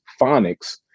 phonics